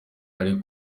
ari